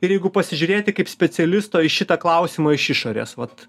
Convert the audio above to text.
ir jeigu pasižiūrėti kaip specialisto į šitą klausimą iš išorės vat